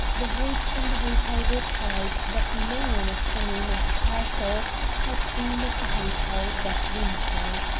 the voice from the hotel replied that no one of the name of pearsall had been at the hotel that winter.